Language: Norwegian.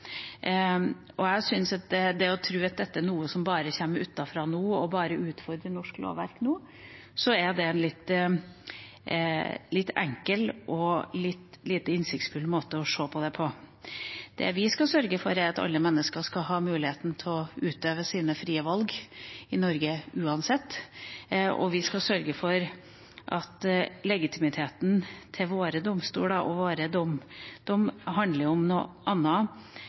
og jeg syns at det å tro at dette bare er noe som kommer utenfra nå, og bare utfordrer norsk lovverk nå, er en litt enkel og lite innsiktsfull måte å se det på. Det vi skal sørge for, er at alle mennesker skal ha muligheten til å utøve sine frie valg i Norge, uansett, og vi skal sørge for at legitimiteten til våre domstoler handler om noe annet enn det jeg tror man her snakker om